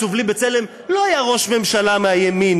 ובלי 'בצלם'" לא היה ראש ממשלת הימין,